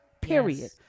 period